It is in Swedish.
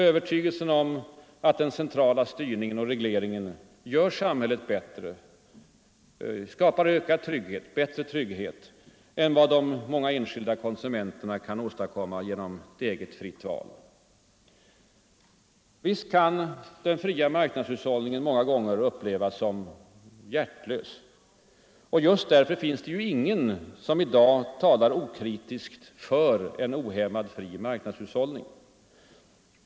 Övertygelsen om att den centrala styrningen och regleringen gör samhället bättre och skapar bättre trygghet än vad de många enskilda konsumenterna kan åstadkomma genom ett eget fritt val? Visst kan den fria marknadshushållningen många gånger upplevas som hjärtlös. Och just därför finns det ingen som i dag talar okritiskt för en ohämmad fri marknadshushållning.